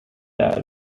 are